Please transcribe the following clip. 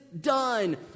done